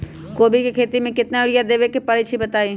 कोबी के खेती मे केतना यूरिया देबे परईछी बताई?